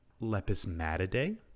Lepismatidae